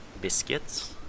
Biscuits